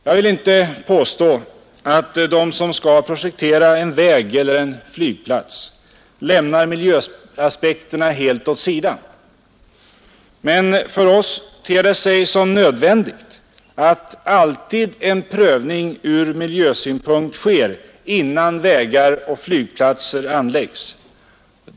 Jag vill inte påstå att de som skall projektera en väg eller en flygplats lämnar miljöaspekterna helt åt sidan, men för oss ter det sig nödvändigt att alltid en prövning från miljösynpunkt sker innan vägar och flygplatser anläggs.